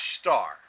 star